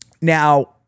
Now